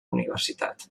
universitat